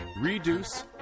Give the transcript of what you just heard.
Reduce